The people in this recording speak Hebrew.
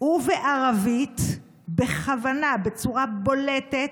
ובערבית בכוונה, בצורה בולטת,